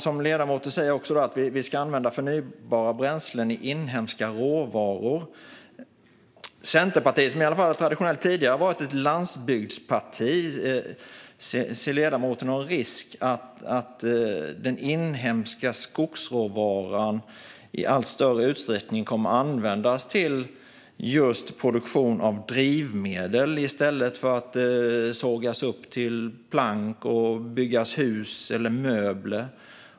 Som ledamoten säger ska vi använda förnybara bränslen från inhemska råvaror. Centerpartiet har i alla fall tidigare traditionellt varit ett landsbygdsparti. Därför undrar jag om ledamoten ser någon risk med att den inhemska skogsråvaran i allt större utsträckning kommer att användas just till produktion av drivmedel i stället för att den sågas upp till plank för att användas vid byggande av hus eller möbler.